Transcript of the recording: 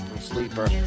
sleeper